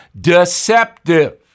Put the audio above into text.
deceptive